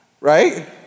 right